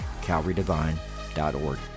Calvarydivine.org